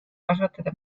kasvatada